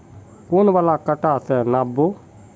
कौन वाला कटा से नाप बो?